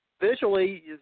visually